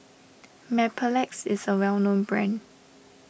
Mepilex is a well known brand